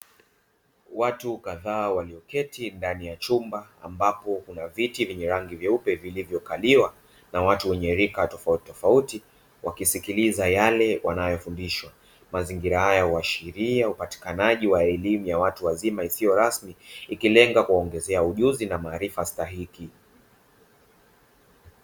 Watu kadhaa walioketi ndani ya chumba ambpo kuna viti ranyi nyeupe vilivyokaliwa watu wenye rika tofautitofauti wakisikiliza yale wanayofundishwa. Mazingira haya huashiria upatikanaji na wa elimu ya watu wazima isiyo rasmi, ikilenga kuwaongezea ujuzi na maarifa stahiki.